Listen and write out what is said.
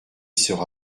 sera